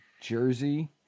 Jersey